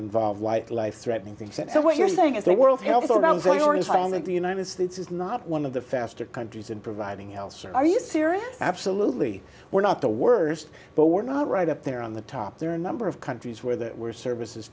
involve white life threatening things and so what you're saying is a world health organization or is saying that the united states is not one of the faster countries in providing else or are you serious absolutely we're not the worst but we're not right up there on the top there are a number of countries where there were services